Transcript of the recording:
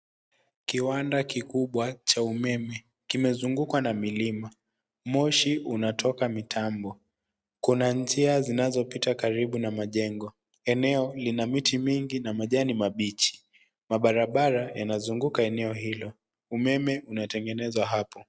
Kiwanda kikubwa cha umeme kimezungukwa na milima. Moshi unatoka mitambo. Kuna njia zinazopita karibu na majengo. Eneo lina miti mingi na majani mabichi. Mabarabara yanazunguka eneo hilo. Umeme unatengenezwa hapo.